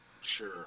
Sure